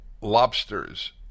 lobsters